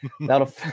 that'll